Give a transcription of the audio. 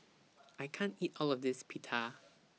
I can't eat All of This Pita